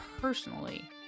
personally